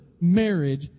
marriage